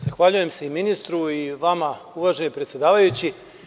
Zahvaljujem se ministru i vama uvaženi predsedavajući.